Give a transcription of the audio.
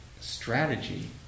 strategy